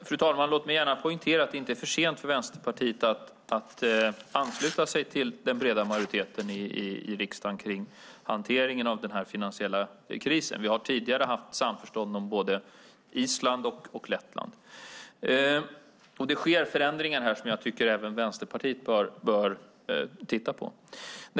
Fru talman! Låt mig gärna poängtera att det inte är för sent för Vänsterpartiet att ansluta sig till den breda majoriteten i riksdagen kring hanteringen av den finansiella krisen. Vi har tidigare haft samförstånd om både Island och Lettland. Det sker förändringar som jag tycker att även Vänsterpartiet bör titta på.